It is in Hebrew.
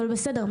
אבל בסדר,